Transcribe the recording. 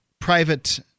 private